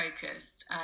focused